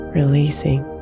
releasing